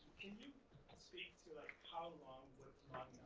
can you speak to like how long would